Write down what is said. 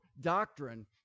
doctrine